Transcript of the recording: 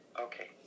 Okay